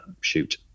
shoot